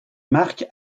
marque